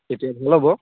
তেতিয়া ভাল হ'ব